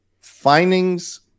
Findings